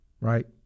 right